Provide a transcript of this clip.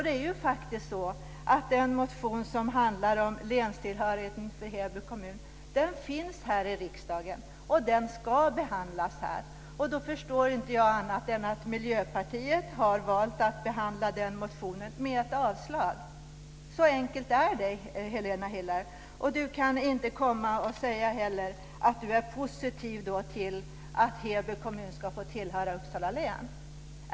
Det är faktiskt så att den motion som handlar om länstillhörighet för Heby kommun finns här i riksdagen, och den ska behandlas här. Då förstår inte jag annat än att Miljöpartiet har valt att behandla den motionen med ett avslag. Så enkelt är det, Helena Helena Hillar Rosenqvist kan inte heller komma och säga att hon är positiv till att Heby kommun ska få tillhöra Uppsala län.